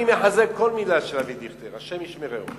אני מחזק כל מלה של אבי דיכטר, השם ישמרהו.